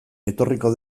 etorriko